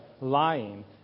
lying